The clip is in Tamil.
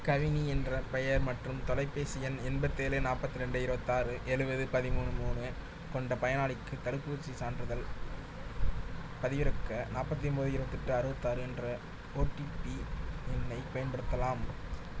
கவினி என்ற பெயர் மற்றும் தொலைபேசி எண் எண்பத்தேழு நாப்பத்திரெண்டு இருபத்தாறு எழுவது பதிமூணு மூணு கொண்ட பயனாளிக்கு தடுப்பூசிச் சான்றிதழ் பதிவிறக்க நாற்பத்தி ஒன்போது இருபத்தெட்டு அறுபத்தாறு என்ற ஓடிபி எண்ணை பயன்படுத்தலாம்